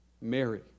Mary